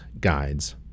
guides